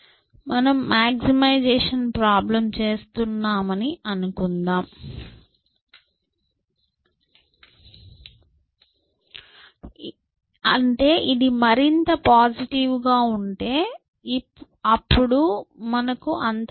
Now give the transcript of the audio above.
మనం maximization problem చేస్తున్నామని అనుకుందాం అంటే ఇది మరింత పాజిటివ్గా ఉంటే అప్పుడు మనకు అంత మంచిది